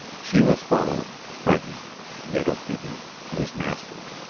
she was following, frightened and yet obedient to his mastery.